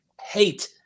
hate